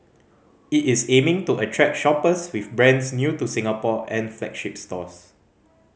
it is aiming to attract shoppers with brands new to Singapore and flagship stores